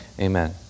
amen